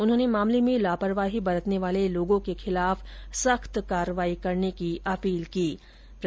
उन्होंने मामले में लापरवाही बरतने वाले लोगों के खिलाफ सख्त कार्रवाई करने की अपील की है